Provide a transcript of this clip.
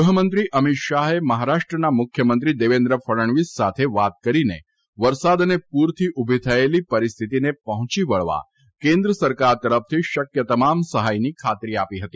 ગૃહમંત્રી અમિત શાહે મહારાષ્ટ્રના આભાર નિહારીકા રવિયા મુખ્યમંત્રી દેવેન્દ્ર ફડણવીસ સાથે વાત કરીને વરસાદ અને પૂરથી ઉભી થયેલી પરિસ્થિતિની પહોંચી વળવા કેન્દ્ર સરકાર તરફથી શક્ય તમામ સહાયની ખાતરી આપી હતી